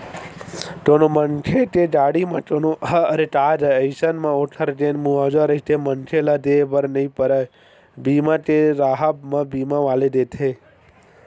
कोनो मनखे के गाड़ी म कोनो ह रेतागे अइसन म ओखर जेन मुवाजा रहिथे मनखे ल देय बर नइ परय बीमा के राहब म बीमा वाले देथे